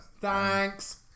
thanks